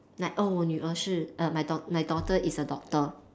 like oh 女儿是 err my dau~ my daughter is a doctor